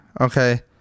okay